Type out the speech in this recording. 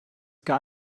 gar